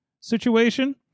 situation